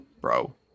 Bro